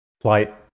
flight